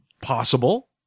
Possible